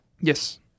Yes